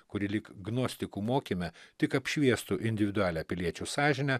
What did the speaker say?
kuri lyg gnostikų mokyme tik apšviestų individualią piliečių sąžinę